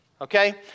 Okay